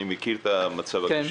אני מכיר את המצב הקשה.